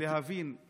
ולהבין מה ההאשמות.